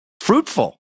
fruitful